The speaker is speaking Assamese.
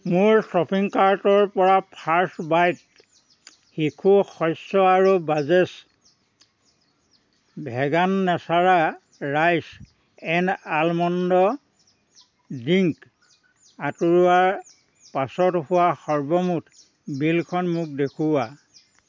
মোৰ শ্বপিং কাৰ্টৰ পৰা ফাৰ্ষ্ট বাইট শিশুৰ শস্য আৰু বাজেছ ভেগান নেচাৰা ৰাইচ এণ্ড আলমণ্ড ড্ৰিংক আঁতৰোৱাৰ পাছত হোৱা সৰ্বমুঠ বিলখন মোক দেখুওৱা